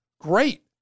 great